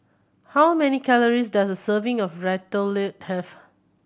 how many calories does a serving of Ratatouille have